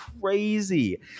crazy